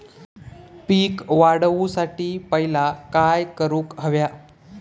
पीक वाढवुसाठी पहिला काय करूक हव्या?